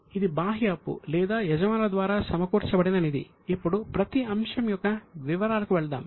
ఇప్పుడు ప్రతి అంశం యొక్క వివరాలకు వెళ్దాం